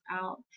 out